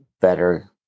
better